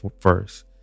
first